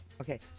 Okay